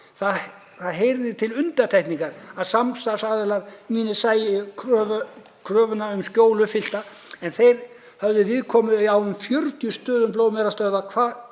Það heyrði til undantekninga að samstarfsaðilar mínir sæju kröfuna um skjól uppfyllta en þeir höfðu viðkomu á um 40 stöðum blóðmerastóða hvar